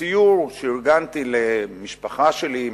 בסיור שארגנתי למשפחה שלי,